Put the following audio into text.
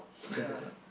the